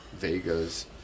Vegas